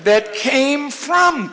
that came from